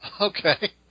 Okay